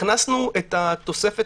הכנסנו את התוספת